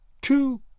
two